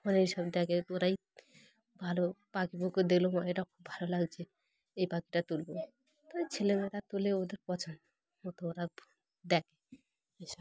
মানে এই সব দেখে তো ওরাই ভালো পাখি পুকুর দেখলো ম এটা খুব ভালো লাগছে এই পাখিটা তুলবো তাই ছেলেমেয়েরা তুলে ওদের পছন্দ মতো ওরা দেখে এইসব